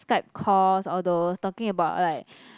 Skype calls all those talking about like